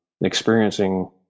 Experiencing